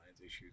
issues